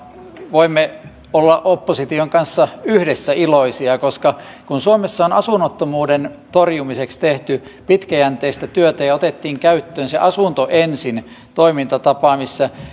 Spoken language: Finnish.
voimme olla opposition kanssa yhdessä iloisia koska suomessa on asunnottomuuden torjumiseksi tehty pitkäjänteistä työtä ja ja otettiin käyttöön asunto ensin toimintatapa missä